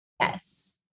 Yes